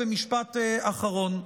משפט אחרון.